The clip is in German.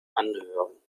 anhören